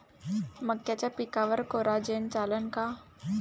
मक्याच्या पिकावर कोराजेन चालन का?